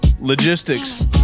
Logistics